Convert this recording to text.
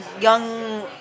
young